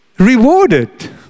rewarded